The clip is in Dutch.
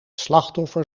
slachtoffer